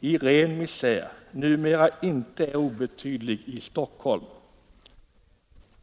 i en ren misär numera inte är obetydligt i Stockholm.